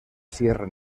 sierra